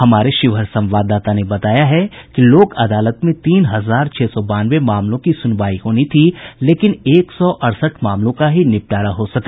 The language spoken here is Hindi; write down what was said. हमारे शिवहर संवाददाता ने बताया है कि लोक अदालत में तीन हजार छह सौ बानवे मामले की सुनवाई होनी थी लेकिन एक सौ अड़सठ मामलों का ही निपटारा हो सका